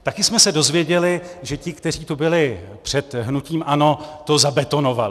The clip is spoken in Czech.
Také jsme se dozvěděli, že ti, kteří tu byli před hnutím ANO, to zabetonovali.